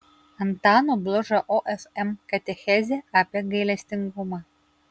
antano blužo ofm katechezė apie gailestingumą